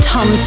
Tom